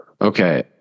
Okay